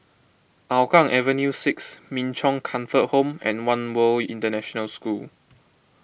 Hougang Avenue six Min Chong Comfort Home and one World International School